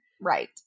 Right